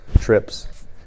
trips